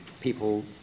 people